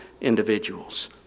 individuals